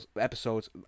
episodes